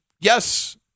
Yes